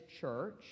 church